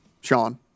Sean